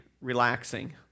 relaxing